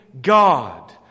God